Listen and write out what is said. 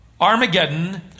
Armageddon